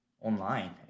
online